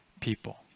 people